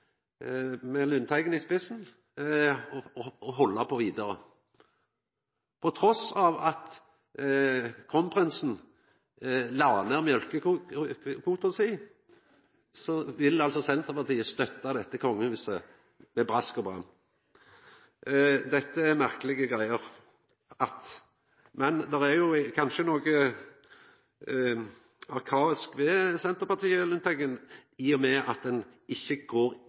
med Lundteigen i spissen, å halda på vidare. Trass i at kronprinsen la ned mjølkekvota si, vil altså Senterpartiet støtta dette kongehuset med brask og bram. Dette er merkelege greier, men det er kanskje noko arkaisk ved Senterpartiet og Lundteigen i og med at ein ikkje går